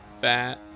fat